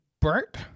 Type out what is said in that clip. Bert